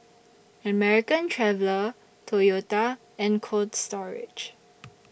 American Traveller Toyota and Cold Storage